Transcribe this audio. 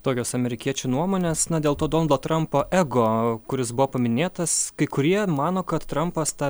tokios amerikiečių nuomonės dėl to donaldo trampo ego kuris buvo paminėtas kai kurie mano kad trampas tą